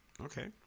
Okay